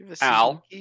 Al